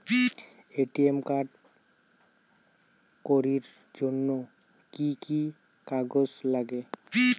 ATM card করির জন্যে কি কি কাগজ নাগে?